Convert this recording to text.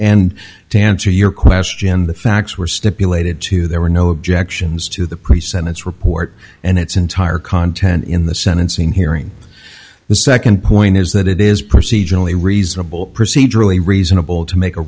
and to answer your question the facts were stipulated to there were no objections to the pre sentence report and its entire content in the sentencing hearing the second point is that it is procedurally reasonable procedurally reasonable to make a